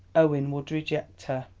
owen would reject her.